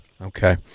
Okay